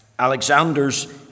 Alexander's